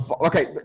Okay